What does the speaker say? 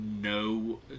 no